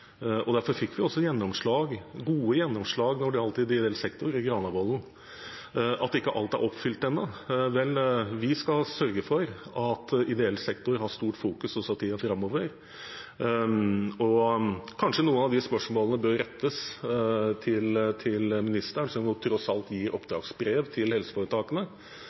Derfor fikk vi gjennomslag, gode gjennomslag, i Granavolden når det gjaldt ideell sektor. At ikke alt er oppfylt ennå – vel, vi skal sørge for at ideell sektor får et stort fokus også i tiden framover. Kanskje noen av de spørsmålene bør rettes til ministeren som tross alt gir oppdragsbrev til helseforetakene.